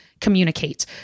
communicate